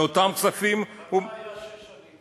מה היה שש שנים?